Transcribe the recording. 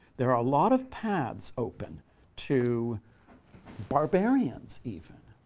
there are a lot of paths open to barbarians, even.